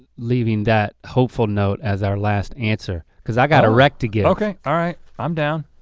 leaving that hopeful note as our last answer. cause i got a rec to give. okay, all right, i'm down.